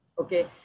Okay